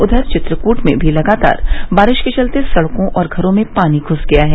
उधर चित्रकूट में भी लगातार बारिश के चलते सड़कों और घरों में पानी घ्स गया है